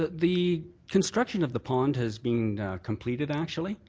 the construction of the pond has been completed, actually.